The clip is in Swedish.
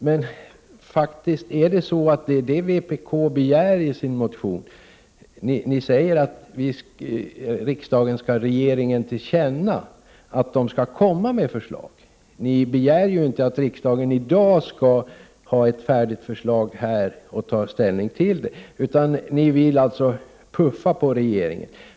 Men vpk begär faktiskt i sin motion ingenting annat än att riksdagen som sin mening skall ge regeringen till känna att regeringen bör lägga fram ett förslag. Ni begär ju inte att riksdagen i dag skall fatta beslut om en lag, utan ni vill så att säga bara puffa på regeringen.